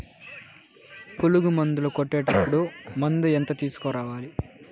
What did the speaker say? పులుగు మందులు కొట్టేటప్పుడు మందు ఎంత తీసుకురావాలి?